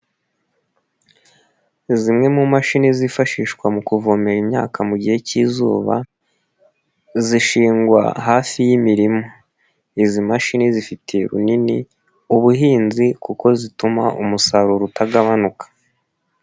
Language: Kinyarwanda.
Zimwe mu mashini zifashishwa mu kuvomera imyaka mu gihe cy'izuba zishingwa hafi y'imirima, izi mashini zifitetiye runini ubuhinzi kuko zituma umusaruro utagabanuka.